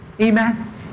Amen